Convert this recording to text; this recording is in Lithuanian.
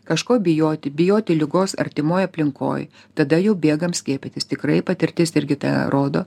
kažko bijoti bijoti ligos artimoj aplinkoj tada jau bėgam skiepytis tikrai patirtis irgi tą rodo